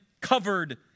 covered